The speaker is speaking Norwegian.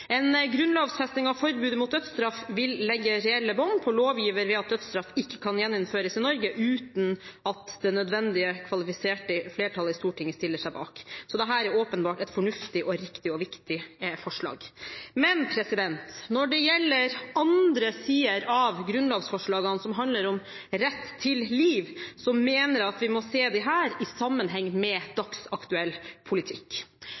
En grunnlovfesting av forbudet mot dødsstraff vil legge reelle bånd på lovgiver ved at dødsstraff ikke kan gjeninnføres i Norge uten at det nødvendige kvalifiserte flertall i Stortinget stiller seg bak. Så dette er åpenbart et fornuftig, riktig og viktig forslag. Men når det gjelder andre sider av grunnlovsforslagene som handler om rett til liv, mener jeg at vi må se dette i sammenheng med dagsaktuell politikk.